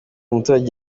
umuturage